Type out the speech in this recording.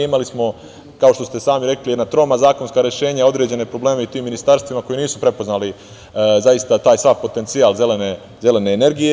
Imali smo, kao što ste sami rekli, jedna troma zakonska rešenja, određene probleme u tim ministarstvima koji nisu prepoznali taj sav potencijal zelene energije.